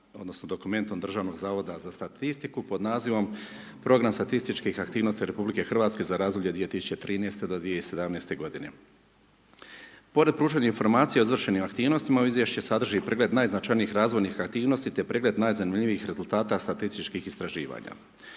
odnosno dokumentom DZSS-a pod nazivom Program statistički aktivnosti RH za razdoblje 2013. do 2017. g. Pored pružanja informacija o izvršenim aktivnostima ovo izvješće sadrži pregled najznačajnijih razvojnih aktivnosti te pregled najzanimljivijih rezultata statističkih istraživanja.